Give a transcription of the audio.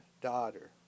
daughter